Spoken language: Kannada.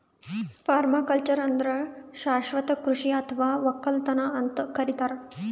ಪರ್ಮಾಕಲ್ಚರ್ ಅಂದ್ರ ಶಾಶ್ವತ್ ಕೃಷಿ ಅಥವಾ ವಕ್ಕಲತನ್ ಅಂತ್ ಕರಿತಾರ್